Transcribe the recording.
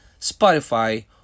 Spotify